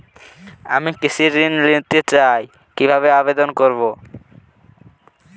আমি কৃষি ঋণ নিতে চাই কি ভাবে আবেদন করব?